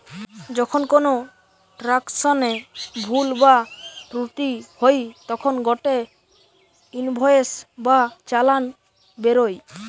যখন কোনো ট্রান্সাকশনে ভুল বা ত্রুটি হই তখন গটে ইনভয়েস বা চালান বেরোয়